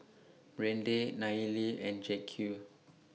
Brande Nayeli and Jacque